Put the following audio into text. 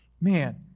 man